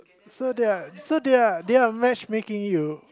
so they're so they're they're match making you